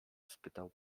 spytał